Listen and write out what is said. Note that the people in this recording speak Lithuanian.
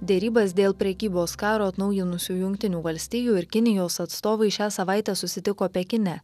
derybas dėl prekybos karo atnaujinusių jungtinių valstijų ir kinijos atstovai šią savaitę susitiko pekine